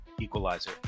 equalizer